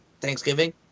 Thanksgiving